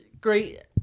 great